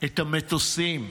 את המטוסים,